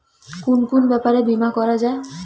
কুন কুন ব্যাপারে বীমা করা যায়?